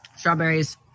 strawberries